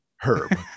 Herb